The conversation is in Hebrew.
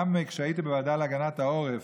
גם כשהייתי בוועדה להגנת העורף,